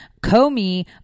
Comey